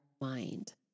mind